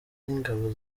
n’ingabo